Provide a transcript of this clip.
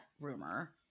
rumor